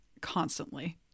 constantly